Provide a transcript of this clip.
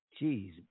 Jeez